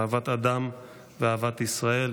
אהבת אדם ואהבת ישראל.